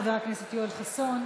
חבר הכנסת יואל חסון.